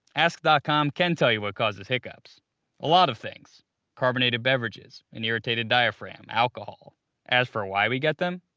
ask dot com can tell you what causes hiccups. it's a lot of things carbonated beverages, an irritated diaphragm, alcohol as for why we get them?